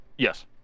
Yes